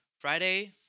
Friday